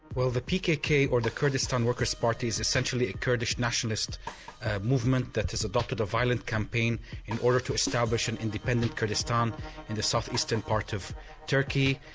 well the pkk or the kurdistan workers party is essentially a kurdish nationalist movement that has adopted a violent campaign in order to establish an independent kurdistan in the south-eastern part of turkey.